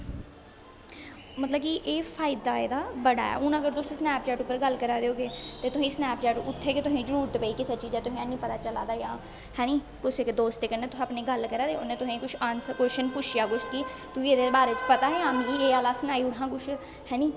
मतलब कि एह् फैदा एह्दा बड़ा ऐ हून अगर तुस स्नेपचैट उप्पर गल्ल करा'रदे ओ केह् तुसें सनेपचैट उत्थै गै तुसें जरुरत पेई किसे चीजा दा है नी पता चला दा जां है नी कुसे दोस्ते कन्ने तुस अपनी गल्ल करा दे उ'नें तुसेंगी आनसर देना तुसें कोशन पुच्छेआ कुछ कि तुगी एह्दे बारे च पता ऐ जां मिगी एह् आला सनाई ओड़ हां कुछ है नी